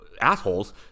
assholes